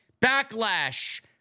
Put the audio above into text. Backlash